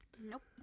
Nope